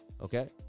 Okay